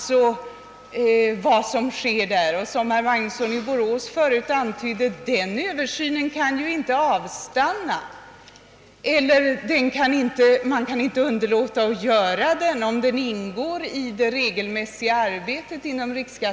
Som herr Magnusson i Borås påpekade kan riksskattenämnden inte underlåta att göra en sådan översyn, eftersom den ingår i det regelmässiga arbetet inom nämnden.